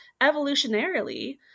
evolutionarily